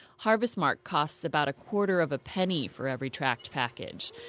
harvestmark costs about a quarter of a penny for every tracked package.